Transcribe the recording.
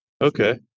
Okay